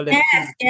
yes